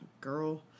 girl